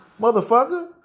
motherfucker